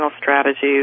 strategies